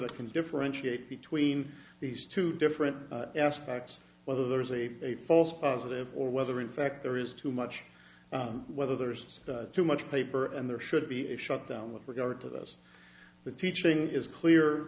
that can differentiate between these two different aspects whether there is a a false positive or whether in fact there is too much whether there's too much paper and there should be shut down with regard to this the teaching is clear